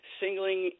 singling